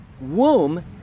womb